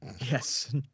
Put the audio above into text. Yes